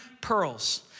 pearls